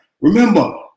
Remember